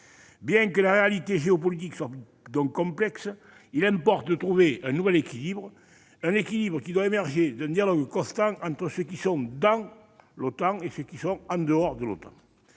Bien que la réalité géopolitique soit complexe, il importe de trouver un nouvel équilibre, devant émerger d'un dialogue constant entre ceux qui sont dans l'OTAN et ceux qui sont en dehors.